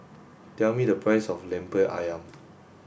tell me the price of Lemper Ayam